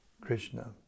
Krishna